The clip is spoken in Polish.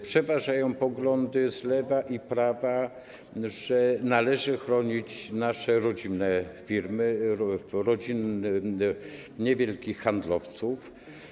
Przeważają poglądy, i z lewa, i z prawa, że należy chronić nasze rodzinne firmy, niewielkich handlowców.